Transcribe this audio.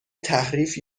تحریف